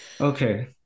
Okay